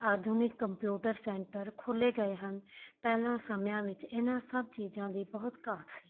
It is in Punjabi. ਆਧੁਨਿਕ ਕੰਪਿਊਟਰ ਸੈਂਟਰ ਖੋਲ੍ਹੇ ਗਏ ਹਨ ਪਹਿਲਾਂ ਸਮਿਆਂ ਵਿੱਚ ਇਹਨਾਂ ਸਭ ਚੀਜ਼ਾਂ ਦੀ ਬਹੁਤ ਘਾਟ ਸੀ